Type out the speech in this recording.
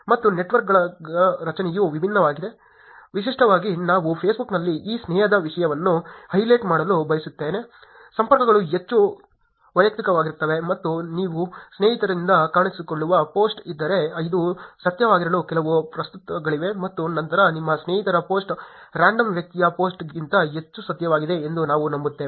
ಮತ್ತು ನೆಟ್ವರ್ಕ್ಗಳ ರಚನೆಯು ವಿಭಿನ್ನವಾಗಿದೆ ವಿಶೇಷವಾಗಿ ನಾನು ಫೇಸ್ಬುಕ್ನಲ್ಲಿ ಈ ಸ್ನೇಹದ ವಿಷಯವನ್ನು ಹೈಲೈಟ್ ಮಾಡಲು ಬಯಸುತ್ತೇನೆ ಸಂಪರ್ಕಗಳು ಹೆಚ್ಚು ವೈಯುಕ್ತಿಕವಾಗಿರುತ್ತವೆ ಮತ್ತು ನಿಮ್ಮ ಸ್ನೇಹಿತರಿಂದ ಕಾಣಿಸಿಕೊಳ್ಳುವ ಪೋಸ್ಟ್ ಇದ್ದರೆ ಅದು ಸತ್ಯವಾಗಿರಲು ಕೆಲವು ಪ್ರವೃತ್ತಿಗಳಿವೆ ಮತ್ತು ನಂತರ ನಿಮ್ಮ ಸ್ನೇಹಿತರ ಪೋಸ್ಟ್ ರಾಂಡಮ್ ವ್ಯಕ್ತಿಯ ಪೋಸ್ಟ್ಗಿಂತ ಹೆಚ್ಚು ಸತ್ಯವಾಗಿದೆ ಎಂದು ನಾವು ನಂಬುತ್ತೇವೆ